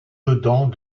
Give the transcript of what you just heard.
dedans